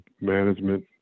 management